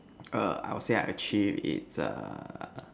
err I would say I achieved it's err